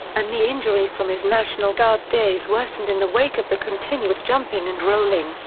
a knee injury from his national guard days worsened in the wake of the continuous jumping and rolling,